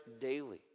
daily